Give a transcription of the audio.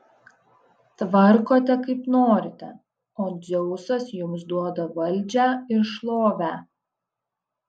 tvarkote kaip norite o dzeusas jums duoda valdžią ir šlovę